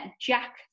Jack